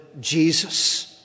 Jesus